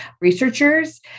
researchers